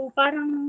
parang